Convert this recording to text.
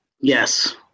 Yes